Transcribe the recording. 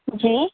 जी